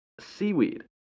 seaweed